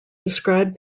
described